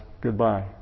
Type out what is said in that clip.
goodbye